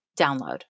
download